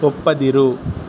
ಒಪ್ಪದಿರು